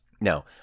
Now